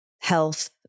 health